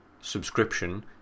subscription